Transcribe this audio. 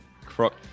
crook